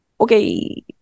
Okay